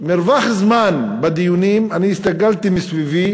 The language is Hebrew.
בכל מרווח זמן בדיונים, אני הסתכלתי מסביבי